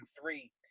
three